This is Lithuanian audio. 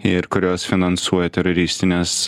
ir kurios finansuoja teroristines